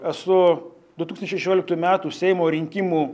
esu du tūkstančiai šioliktųjų metų seimo rinkimų